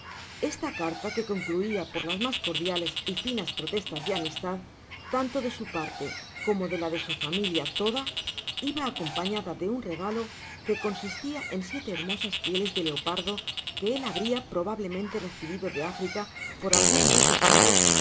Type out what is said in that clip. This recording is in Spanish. esta carta que concluia por las mas cordiales y finas protestas de amistad tanto de su parte como de la de su familia toda iba acompasada de un regalo que consistia en siete hermosas pieles de leopardo que él habria probablemente recibido de africa por algun buque suyo